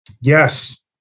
Yes